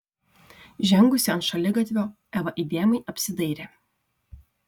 žengusi ant šaligatvio eva įdėmiai apsidairė